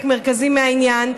חלק מרכזי מהעניין,